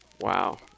Wow